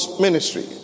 ministry